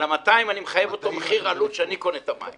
אז על ה-200 אני מחייב אותו מחיר עלות שבו אני קונה את המים.